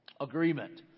agreement